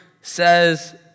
says